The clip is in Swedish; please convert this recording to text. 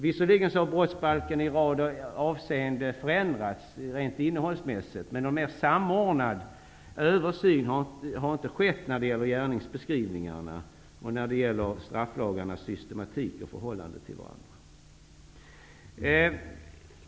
Visserligen har brottsbalken i en rad avseenden förändrats rent innehållsmässigt, men någon mer samordnad översyn har inte skett när det gäller gärningsbeskrivningarna och när det gäller strafflagarnas systematik i förhållande till varandra.